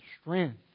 strength